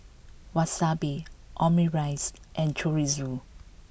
Wasabi Omurice and Chorizo